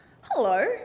Hello